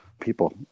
people